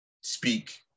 speak